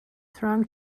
throng